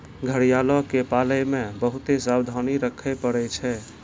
घड़ियालो के पालै मे बहुते सावधानी रक्खे पड़ै छै